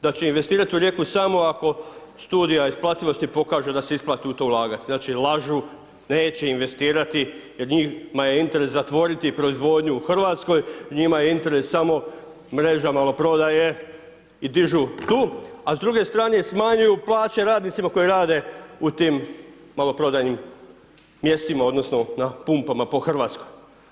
Da će investirat u Rijeku samo ako studija isplativosti pokaže da se isplati u to ulagati, znači lažu, neće investirati jer njima je interes zatvoriti proizvodnju u Hrvatskoj, njima je interes samo mreža maloprodaje i dižu tu, a s druge strane smanjuju plaće radnicima koji rade u tim maloprodajnim mjestima odnosno po pumama po Hrvatskoj.